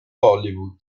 hollywood